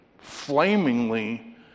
flamingly